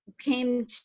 came